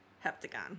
heptagon